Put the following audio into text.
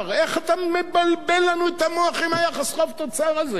איך אתה מבלבל לנו את המוח עם היחס חוב תוצר הזה?